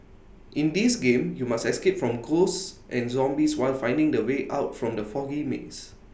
in this game you must escape from ghosts and zombies while finding the way out from the foggy maze